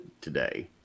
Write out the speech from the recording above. today